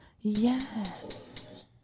Yes